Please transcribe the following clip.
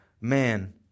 man